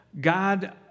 God